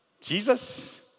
Jesus